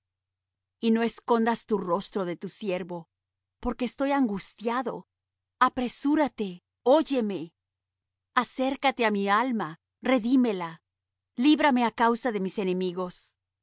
y no escondas tu rostro de tu siervo porque estoy angustiado apresúrate óyeme acércate á mi alma redímela líbrame á causa de mis enemigos